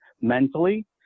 mentally